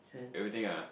everything ah